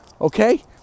okay